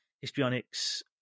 histrionics